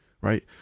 right